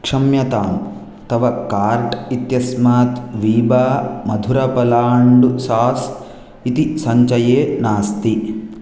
क्षम्यतां तव कार्ट् इत्यस्मात् वीबा मधुरपलाण्डुसास् इति सञ्चये नास्ति